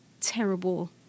terrible